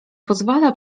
pozwala